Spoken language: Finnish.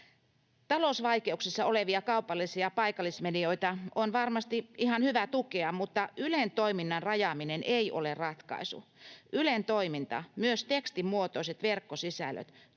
Talousvaikeuksissa olevia kaupallisia paikallismedioita on varmasti ihan hyvä tukea, mutta Ylen toiminnan rajaaminen ei ole ratkaisu. Ylen toiminta, myös tekstimuotoiset verkkosisällöt,